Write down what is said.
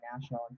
national